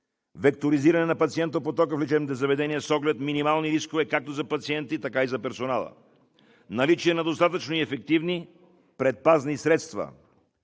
векторизиране на пациентопотока в лечебните заведения, с оглед на минимални рискове както за пациентите, така и за персонала; наличие на достатъчно и ефективни предпазни средства.